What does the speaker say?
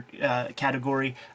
category